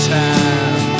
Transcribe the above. time